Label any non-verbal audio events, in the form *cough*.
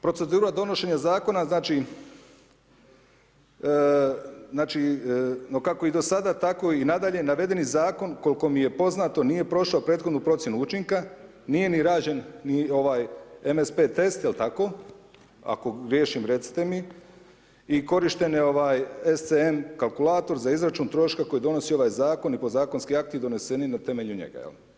Procedura donošenja zakona, znači ma kako i do sada, tako i nadalje, navedeni zakon koliko mi je poznato, nije prošao prethodnu procjenu učinka, nije ni rađen ni ovaj ... *unintelligible* test, jel' tako, ako griješim, recite mi i korištenje SCN kalkulator za izračun troška koji donosi ovaj zakon i podzakonski akti doneseni na temelju njega.